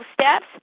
steps